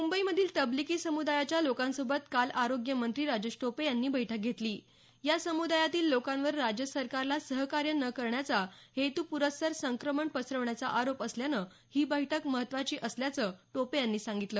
मुंबई मधील तबलीकी समुदायाच्या लोकांसोबत काल आरोग्य मंत्री राजेश टोपे यांनी बैठक घेतली या समुदायातील लोकांवर राज्य सरकारला सहकार्य न करता हेतुप्रस्सर संक्रमण पसरवण्याचा आरोप असल्यानं ही बैठक महत्त्वाची असल्याचं टोपे यांनी सांगितलं